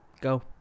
Go